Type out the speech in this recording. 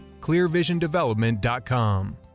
clearvisiondevelopment.com